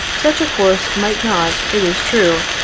such a course might not, it is true,